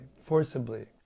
forcibly